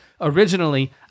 originally